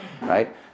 right